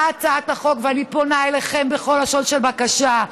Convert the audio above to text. באה הצעת החוק, ואני פונה אליכם בכל לשון של בקשה: